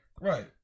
Right